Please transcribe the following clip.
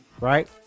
Right